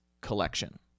collection